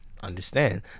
understand